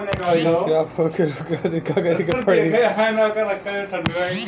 बीज खराब होए से रोके खातिर का करे के पड़ी?